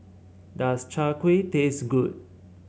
does Chai Kuih taste good